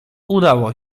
udało